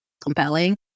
compelling